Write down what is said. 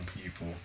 people